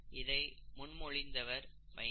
இதை முன்மொழிந்தவர் மைக்கேல்